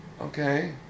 okay